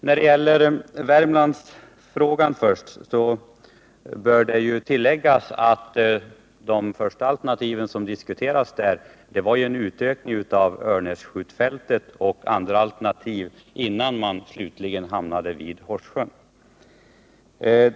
När det gäller Värmland bör tilläggas att de första alternativ som där diskuterades var en ökning av Örnässkjutfältet och en del andra alternativ, innan man slutligen stannade för alternativet Horssjön.